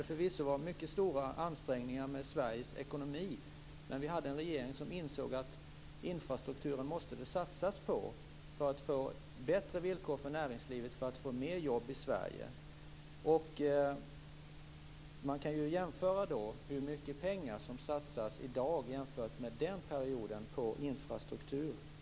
Det var förvisso en mycket ansträngd ekonomi i Sverige, men vi hade en regering som insåg att det måste satsas på infrastrukturen för att det skulle bli bättre villkor för näringslivet och bli mer jobb i Sverige. Man kan jämföra hur mycket pengar som satsas på infrastrukturen i dag med hur mycket som satsades under den perioden.